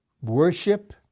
worship